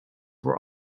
were